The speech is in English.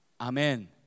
Amen